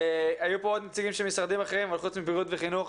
היו פה עוד נציגים נוספים חוץ מבריאות וחינוך,